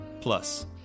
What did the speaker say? Plus